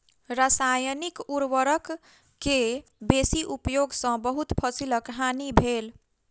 रसायनिक उर्वरक के बेसी उपयोग सॅ बहुत फसीलक हानि भेल